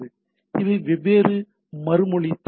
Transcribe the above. இவை வெவ்வேறு மறுமொழி தலைப்புகள்